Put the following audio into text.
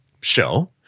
show